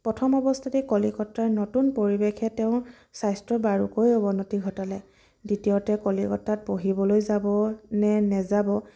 প্ৰথম অৱস্থাত কলিকতাৰ নতুন পৰিৱেশে তেওঁৰ স্বাস্থ্যৰ বাৰুকৈয়ে অৱনতি ঘটালে দ্বিতীয়তে কলিকতাত পঢ়িবলৈ যাব নে নেযাব